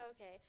Okay